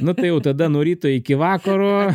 nu tai jau tada nuo ryto iki vakaro